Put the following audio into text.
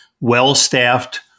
well-staffed